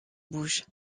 bougent